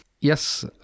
Yes